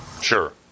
Sure